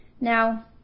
Now